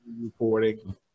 reporting